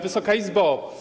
Wysoka Izbo!